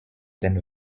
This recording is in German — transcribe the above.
den